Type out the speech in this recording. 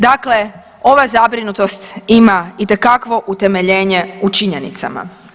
Dakle, ova zabrinutost ima itekakvo utemeljenje u činjenicama.